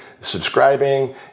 subscribing